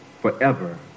forever